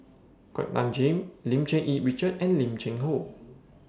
Kuak Nam Jin Lim Cherng Yih Richard and Lim Cheng Hoe